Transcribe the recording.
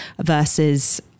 versus